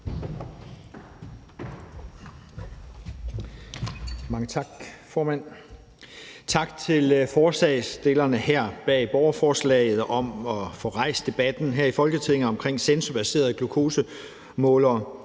Mange tak, formand. Tak til forslagsstillerne bag borgerforslaget om at få rejst debatten her i Folketinget omkring sensorbaserede glukosemålere.